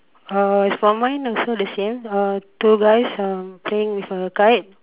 uh is for mine also the same uh two guys um playing with a kite